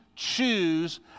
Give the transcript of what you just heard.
choose